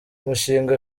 umushinga